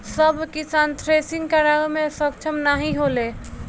सब किसान थ्रेसिंग करावे मे सक्ष्म नाही होले